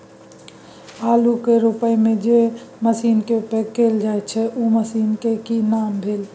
आलू के रोपय में जे मसीन के उपयोग कैल जाय छै उ मसीन के की नाम भेल?